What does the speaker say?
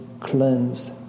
cleansed